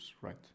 right